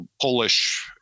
polish